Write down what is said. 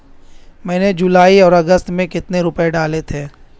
मैंने जुलाई और अगस्त में कितने रुपये डाले थे?